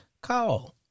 call